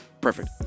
perfect